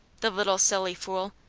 the little silly fool!